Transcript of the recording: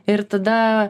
ir tada